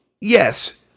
Yes